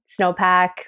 snowpack